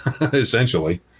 essentially